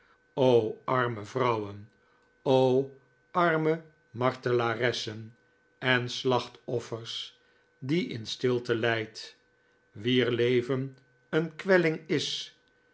arme vrouwen o arme martelaressen en slachtoffers die in stilte lijdt wier leven een kwelling is